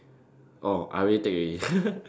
oh I already take already